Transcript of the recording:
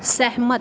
ਸਹਿਮਤ